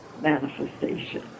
manifestation